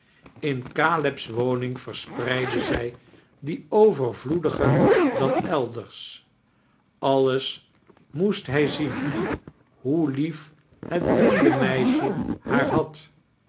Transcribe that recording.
in caleb's woning verspreidde zij die overvloediger dan elders alles moest hij zien hoe lief het blinde meisje haar had